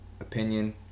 opinion